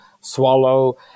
swallow